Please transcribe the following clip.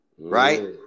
Right